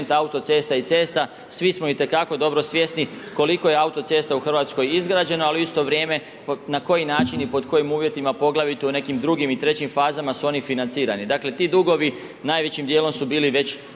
autocesta i cesta, svi smo itekako dobro svjesni koliko je autocesta u Hrvatskoj izgrađeno, al' u isto vrijeme na koji način i pod kojim uvjetima, poglavito u nekim drugim i trećim fazama su oni financirani. Dakle, ti dugovi najvećim dijelom su bili već